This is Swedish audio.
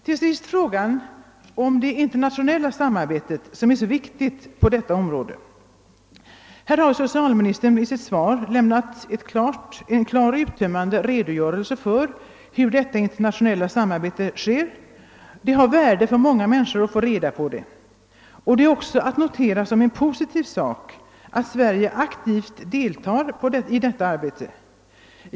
Till sist vill jag ta upp frågan om det internationella samarbetet som är så viktigt på detta område. Socialministern har i sitt svar lämnat en klar och uttömmande redogörelse för hur detta internationella samarbete sker vilket är värdefullt för många människor att få reda på. Det är också positivt att Sverige aktivt deltar i detta arbete.